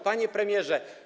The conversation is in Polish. Panie Premierze!